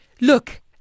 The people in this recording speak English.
Look